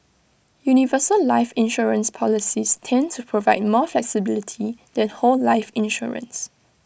universal life insurance policies tend to provide more flexibility than whole life insurance